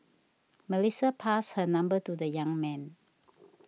Melissa passed her number to the young man